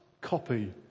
copy